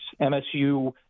MSU